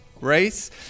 race